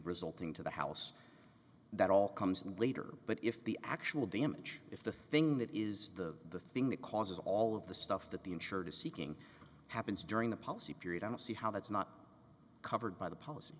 resulting to the house that all comes in later but if the actual damage if the thing that is the the thing that causes all of the stuff that the insured is seeking happens during the policy period i don't see how that's not covered by the policy